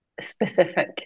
specific